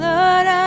Lord